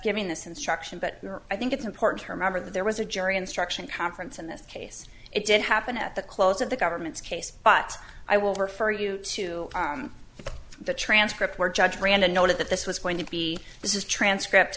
giving this instruction but i think it's important to remember that there was a jury instruction conference in this case it didn't happen at the close of the government's case but i will refer you to the transcript where judge brandon noted that this was going to be this is a transcript